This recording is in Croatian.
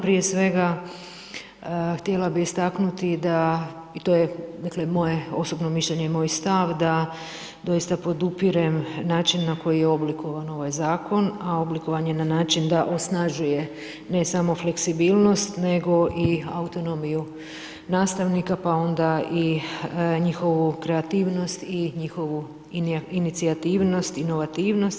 Prije svega, htjela bih istaknuti, da, i to je, dakle moje osobno mišljenje i moj stav da doista podupirem način na koji je oblikovan ovaj zakon, a oblikovan je na način da osnažuje, ne samo fleksibilnost nego i autonomiju nastavnika pa onda i njihovu kreativnost i njihovu inicijativnost i inovativnost.